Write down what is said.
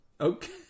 Okay